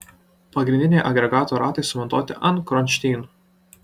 pagrindiniai agregato ratai sumontuoti ant kronšteinų